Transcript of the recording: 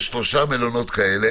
יש שלושה כאלה.